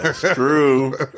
true